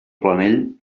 planell